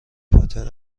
پاتر